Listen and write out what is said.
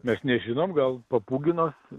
mes nežinom gal papūginas